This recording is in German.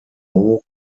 hoch